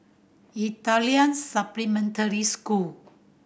Italian Supplementary School